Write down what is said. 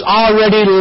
already